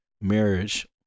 marriage